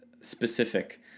specific